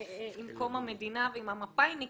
עם קום המדינה ועם המפאיניקים.